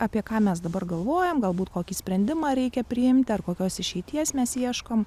apie ką mes dabar galvojam galbūt kokį sprendimą reikia priimti ar kokios išeities mes ieškom